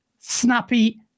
snappy